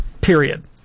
period